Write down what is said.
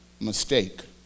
mistake